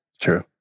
true